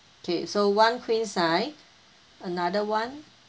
okay so one queen size another one